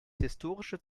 historische